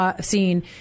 seen